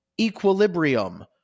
equilibrium